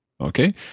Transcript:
Okay